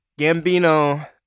Gambino